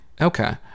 Okay